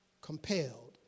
compelled